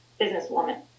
businesswoman